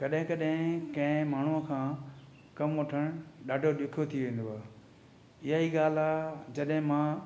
कॾहिं कॾहिं कंहिं माण्हूअ खां कमु वठणु ॾाढो ॾुखियो थी वेंदो आहे इहे ई ॻाल्हि आहे जॾहिं मां